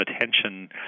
attention